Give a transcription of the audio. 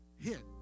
hit